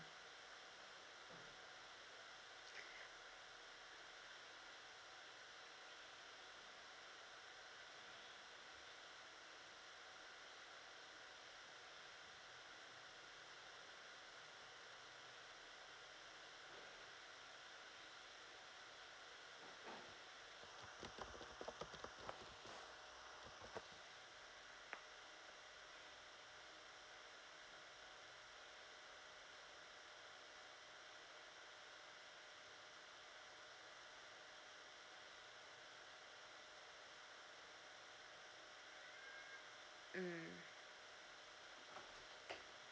mm